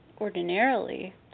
ordinarily